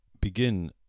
begin